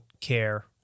care